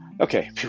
Okay